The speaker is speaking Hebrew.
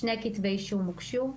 שני כתבתי אישום הוגשו.